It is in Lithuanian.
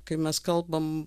kai mes kalbam